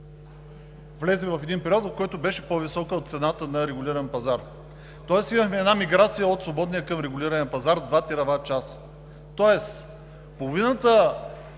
влезе в един период, в който беше по-висока от цената за регулиран пазар, тоест имахме една миграция от свободния към регулирания пазар 2 тераватчаса. Тоест половината